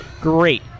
Great